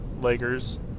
lakers